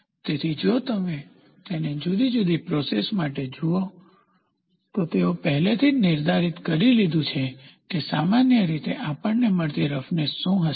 તેથી જો તમે તેને જુદી જુદી પ્રોસેસ માટે જુઓ તો તેઓએ પહેલેથી જ નિર્ધારિત કરી દીધું છે કે સામાન્ય રીતે આપણને મળતી રફનેસ શું હશે